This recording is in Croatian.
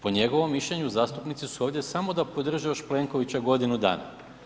Po njegovom mišljenju zastupnici su ovdje samo da podrže još Plenkovića godinu dana.